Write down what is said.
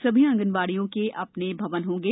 सभी आंगनवाड़ियों के अपने भवन होंगे